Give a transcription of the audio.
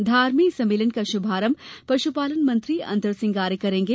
धार में इस सम्मेलन का शुभारंभ पशुपालन मंत्री अंतर सिंह आर्य करेंगे